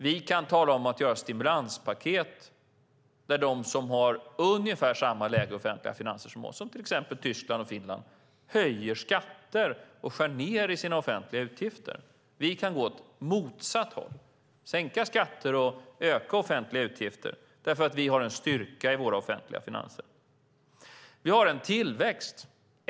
Vi kan tala om att göra stimulanspaket när de som har ungefär samma läge i offentliga finanser som vi, som till exempel Tyskland och Finland, höjer skatter och skär ned i sina offentliga utgifter. Vi kan gå åt motsatt håll, sänka skatter och öka offentliga utgifter, eftersom vi har en styrka i våra offentliga finanser. Vi har en tillväxt.